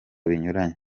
binyuranye